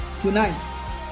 tonight